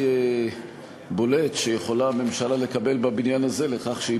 הכי בולט שיכולה הממשלה לקבל בבניין הזה לכך שהיא